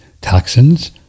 Toxins